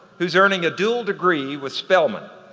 who's earning a dual degree with spelman.